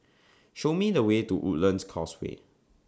Show Me The Way to Woodlands Causeway